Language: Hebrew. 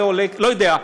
לעולי לא יודע,